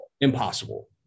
Impossible